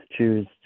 choose